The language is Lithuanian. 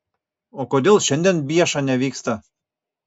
o kodėl šiandien bieša nevyksta